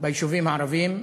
ביישובים הערביים.